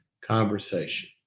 conversation